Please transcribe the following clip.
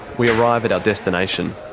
we arrive at our destination.